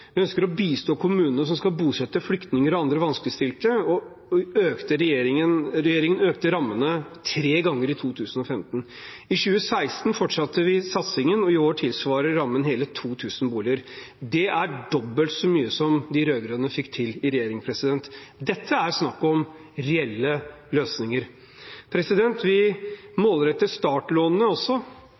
Vi ønsker å bistå kommunene som skal bosette flyktninger og andre vanskeligstilte, og regjeringen økte rammene tre ganger i 2015. I 2016 fortsatte vi satsingen, og i år tilsvarer rammen hele 2 000 boliger. Det er dobbelt så mange som de rød-grønne fikk til i regjering. Dette er snakk om reelle løsninger. Vi målretter startlånene også,